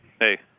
hey